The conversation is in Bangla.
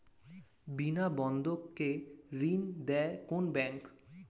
বিনা বন্ধক কে ঋণ দেয় কোন ব্যাংক?